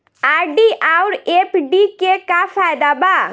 RD आउर F D के का फायदा बा?